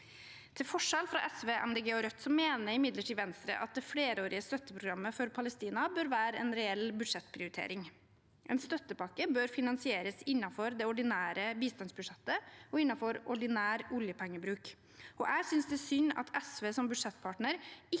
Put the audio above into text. Til forskjell fra SV, Miljøpartiet De Grønne og Rødt mener imidlertid Venstre at det flerårige støtteprogrammet for Palestina bør være en reell budsjettprioritering. En støttepakke bør finansieres innenfor det ordinære bistandsbudsjettet og innenfor ordinær oljepengebruk, og jeg synes det er synd at SV som budsjettpartner ikke